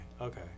okay